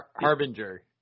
Harbinger